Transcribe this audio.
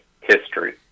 history